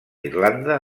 irlanda